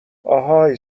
آهای